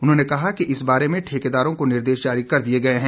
उन्होंने कहा कि इस बारे में ठेकेदारों को निर्देश जारी कर दिये गए है